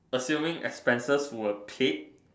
assuming expenses were paid